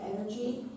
energy